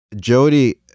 Jody